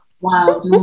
Wow